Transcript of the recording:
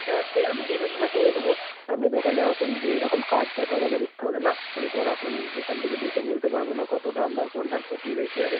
হ্যাঁ সে আমি দেখে শুনে করে দেবো আপনি দোকানে আসুন যেই রকম কাজটা তো আমাকে দেখতে হবে না আমি তো এখন এখান থেকে দেখে বলতে পারবো না কতোটা আপনার ফোনটার ক্ষতি হয়েছে আরে